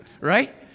Right